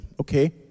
okay